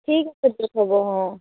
ঠিক আছে দিয়ক হ'ব অঁ